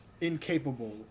incapable